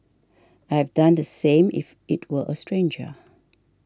I have done the same if it were a stranger